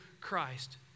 Christ